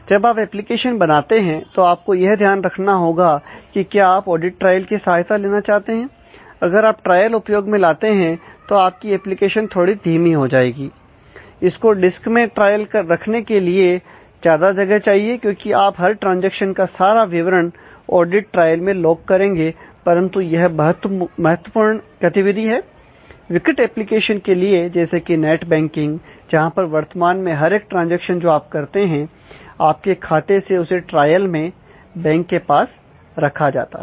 जब आप एप्लीकेशन बनाते हैं तो आपको यह ध्यान रखना होगा कि क्या आप ऑडिट ट्रायल की सहायता लेना चाहते हैं अगर आप ट्रायल उपयोग में लाते हैं तो आपकी एप्लीकेशन थोड़ी धीमी हो जाएगी इसको डिस्क में ट्रायल रखने के लिए ज्यादा जगह चाहिए क्योंकि आप हर ट्रांजैक्शन का सारा विवरण ऑडीट ट्रायल में लोग करेंगे परंतु यह बहुत महत्वपूर्ण गतिविधि है विकट एप्लीकेशंस के लिए जैसे कि नेट बैंकिंग जहां पर वर्तमान में हर एक ट्रांजैक्शन जो आप करते हैं आपके खाते से उसे ट्रायल में बैंक के पास रखा जाता है